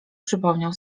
przypomniał